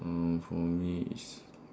uh for me is